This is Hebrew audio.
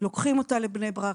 לוקחים אותה לבני-ברק.